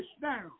down